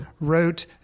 wrote